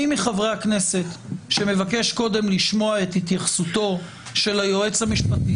מי מחברי הכנסת שמבקש קודם לשמוע את התייחסותו של היועץ המשפטי,